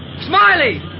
Smiley